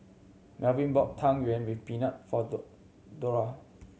Melvin bought Tang Yuen with peanut for Dora